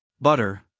butter